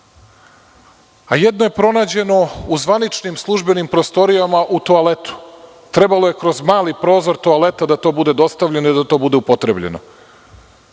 Jedno je pronađeno u zvaničnim službenim prostorijama u toaletu. Trebalo je kroz mali prozor toaleta da to bude dostavljeno i bude upotrebljeno.